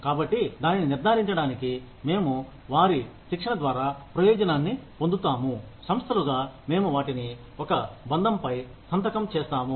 కాబట్టి దానిని నిర్ధారించడానికి మేము వారి శిక్షణ ద్వారా ప్రయోజనాన్ని పొందుతాము సంస్థలుగా మేము వాటిని ఒక బంధంపై సంతకం చేస్తాము